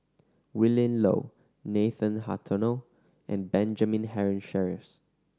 Willin Low Nathan Hartono and Benjamin Henry Sheares